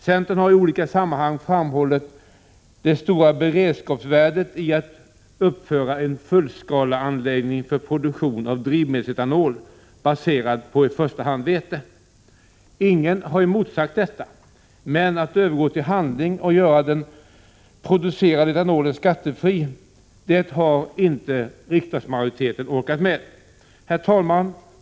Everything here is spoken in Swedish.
Centern har i olika sammanhang framhållit det stora beredskapsvärdet i att uppföra en fullskaleanläggning för produktion av drivmedelsetanol, baserad på i första hand vete. Ingen har motsagt detta, men att övergå till handling — Prot. 1986/87:133 och göra den producerade etanolen skattefri, det har inte riksdagsmajorite — 1 juni 1987 ten orkat med. Herr talman!